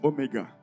Omega